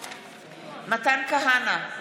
מתן כהנא,